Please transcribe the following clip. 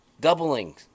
Doubling